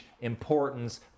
importance